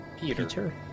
Peter